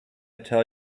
tell